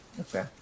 Okay